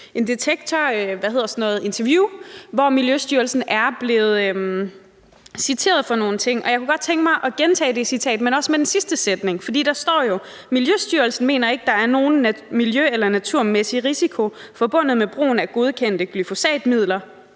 Detektorinterview, hvor Miljøstyrelsen er blevet citeret for nogle ting, og jeg kunne tænke mig at gentage det citat, men også med den sidste sætning. For der står jo: Miljøstyrelsen mener ikke, der er nogen miljø- og naturmæssig risiko forbundet med brugen af godkendte glyfosatmidler,